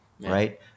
right